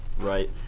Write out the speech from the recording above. Right